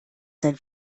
sein